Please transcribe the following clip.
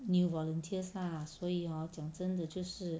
new volunteers lah 所以 hor 讲真的就是